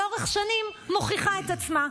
לאורך שנים מוכיחה את עצמה,